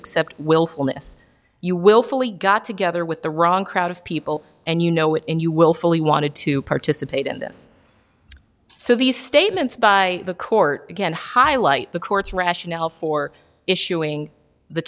except willfulness you willfully got together with the wrong crowd of people and you know it and you willfully wanted to participate in this so these statements by the court can highlight the court's rationale for issuing the